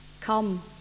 Come